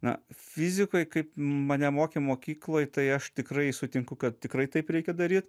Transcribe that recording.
na fizikoj kaip mane mokė mokykloj tai aš tikrai sutinku kad tikrai taip reikia daryt